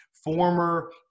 former